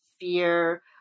fear